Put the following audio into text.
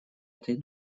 этой